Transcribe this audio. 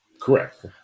Correct